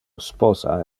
sposa